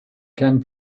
can